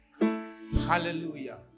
Hallelujah